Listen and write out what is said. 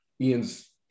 Ian's